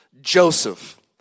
Joseph